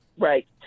Right